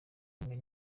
inkunga